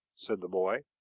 said the boy